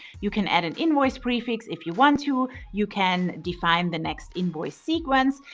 you can add an invoice prefix if you want to, you can define the next invoice sequence,